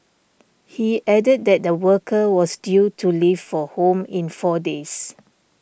he added that the worker was due to leave for home in four days